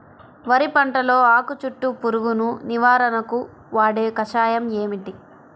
వరి పంటలో ఆకు చుట్టూ పురుగును నివారణకు వాడే కషాయం ఏమిటి?